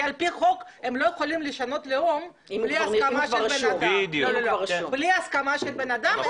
כי על פי חוק הם לא יכולים לשנות לאום בלי הסכמה של בן אדם,